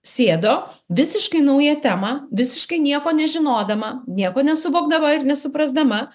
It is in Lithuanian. sėdo visiškai nauja tema visiškai nieko nežinodama nieko nesuvokdama ir nesuprasdama